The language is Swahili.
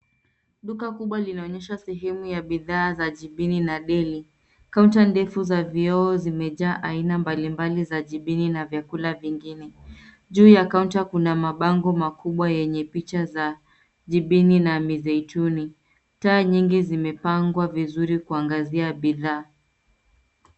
Duka kubwa linaonyesha sehemu ya bidhaa za jibini na deli. Kaunta ndefu za vioo zimejaa aina mbalimbali za jibini na vyakula vingine. Juu ya kaunta kuna mabango makubwa yenye picha za jibini na mizeituni. Taa nyingi zimepangwa vizuri kuangazia bidhaa.